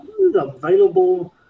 available